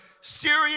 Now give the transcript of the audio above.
Syria